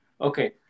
Okay